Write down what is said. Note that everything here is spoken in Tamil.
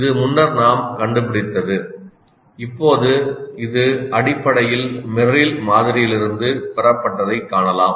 இது முன்னர் நாம் கண்டுபிடித்தது இப்போது இது அடிப்படையில் மெர்ரில் மாதிரியிலிருந்து பெறப்பட்டதைக் காணலாம்